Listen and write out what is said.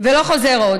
ולא חוזר עוד.